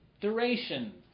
duration